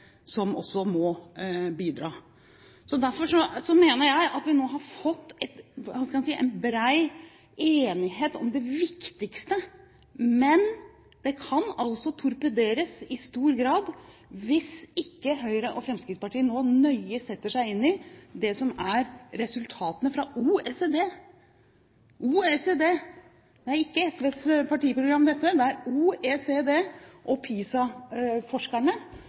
som også må bidra. Derfor mener jeg at vi nå har fått – hva skal man si – en bred enighet om det viktigste. Men det kan altså torpederes i stor grad hvis ikke Høyre og Fremskrittspartiet nå setter seg nøye inn i det som er resultatene fra OECD – altså OECD, det er ikke SVs partiprogram, dette, det er OECD – og